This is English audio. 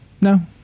no